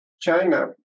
China